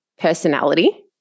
Personality